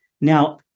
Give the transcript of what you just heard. Now